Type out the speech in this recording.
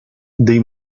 dei